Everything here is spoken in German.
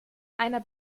einer